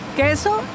queso